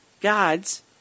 God's